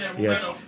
Yes